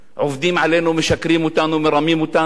עובדים עלינו, משקרים לנו, מרמים אותנו,